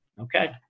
okay